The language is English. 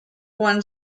won